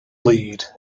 lead